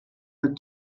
had